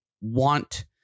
want